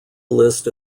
list